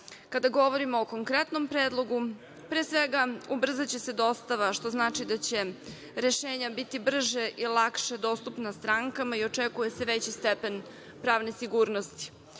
Kada govorimo o konkretnom predlogu, pre svega ubrzaće se dostava, što znači da će rešenja biti brže i lakše dostupna strankama i očekuje se veći stepen pravne sigurnosti.